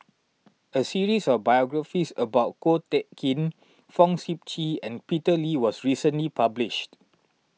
a series of biographies about Ko Teck Kin Fong Sip Chee and Peter Lee was recently published